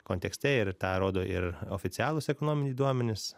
kontekste ir tą rodo ir oficialūs ekonominiai duomenys